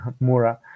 Mura